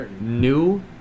New